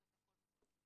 קודם כל,